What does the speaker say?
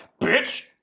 Bitch